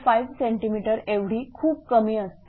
5 cmएवढी खूप कमी असते